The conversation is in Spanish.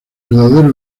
verdadero